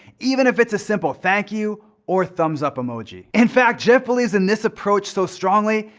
even if it's a simple thank you or thumbs up emoji. in fact, jeff believes in this approach so strongly,